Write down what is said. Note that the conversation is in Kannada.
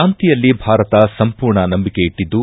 ಶಾಂತಿಯಲ್ಲಿ ಭಾರತ ಸಂಪೂರ್ಣ ನಂಬಿಕೆ ಇಟ್ಟದ್ದು